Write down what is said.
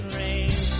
rain